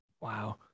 wow